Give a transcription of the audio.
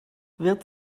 wird